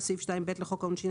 וסעיף 2(ב) לחוק העונשין,